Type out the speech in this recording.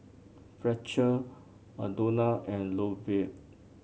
Fletcher Aldona and Lovett